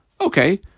Okay